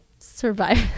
survive